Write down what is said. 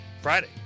Friday